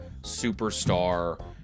superstar